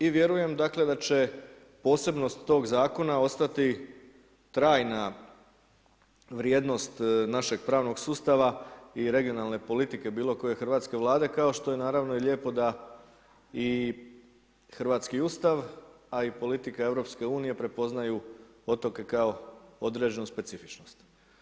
I vjerujem da će posebnost toga zakona ostati trajna vrijednost našeg pravnog sustava i regionalne politike bilo koje hrvatske vlade, kao što je naravno lijepo da i hrvatski ustav, a i politika EU, prepoznaju otoke kao određenu specifičnost.